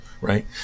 right